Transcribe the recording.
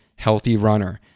HEALTHYRUNNER